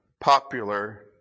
popular